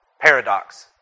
paradox